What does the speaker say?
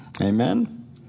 Amen